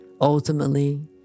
Ultimately